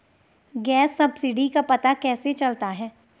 Gas subsidy का पता कैसे चलता है?